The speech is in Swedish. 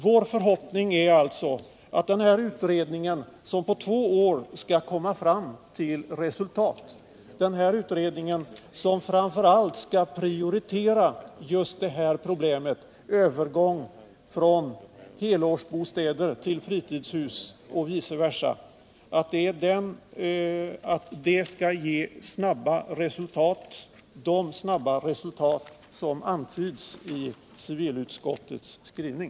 Vår förhoppning är alltså att den här utredningen — som på två år skall komma fram till resultat och som framför allt skall prioritera just det här problemet, övergången från helårsbostäder till fritidshus och vice versa — skall ge snara resultat, de snara resultat som antyds i civilutskottets skrivning.